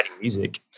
music